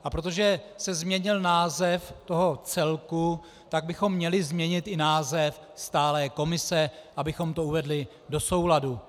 A protože se změnil název toho celku, tak bychom měli změnit i název stálé komise, abychom to uvedli do souladu.